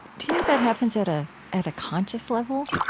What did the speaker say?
do you think that happens at ah at a conscious level?